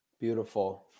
Beautiful